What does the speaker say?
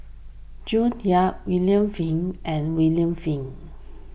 June Yap William Flint and William Flint